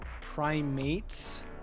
Primates